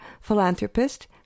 philanthropist